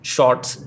Shorts